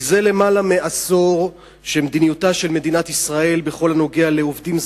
זה למעלה מעשור מדיניותה של מדינת ישראל בכל הקשור לעובדים זרים,